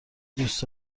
دوست